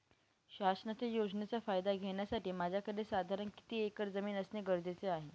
शासनाच्या योजनेचा फायदा घेण्यासाठी माझ्याकडे साधारण किती एकर जमीन असणे गरजेचे आहे?